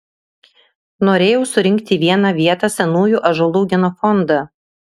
norėjau surinkti į vieną vietą senųjų ąžuolų genofondą